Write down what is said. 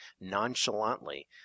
nonchalantly